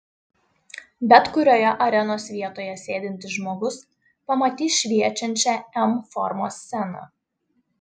bet kurioje arenos vietoje sėdintis žmogus pamatys šviečiančią m formos sceną